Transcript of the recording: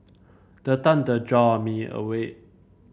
the thunder jolt me awake